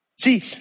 See